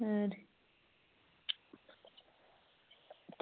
हां